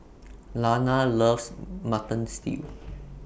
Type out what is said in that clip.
Lana loves Mutton Stew